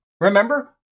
Remember